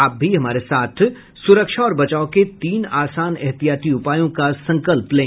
आप भी हमारे साथ सुरक्षा और बचाव के तीन आसान एहतियाती उपायों का संकल्प लें